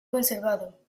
conservado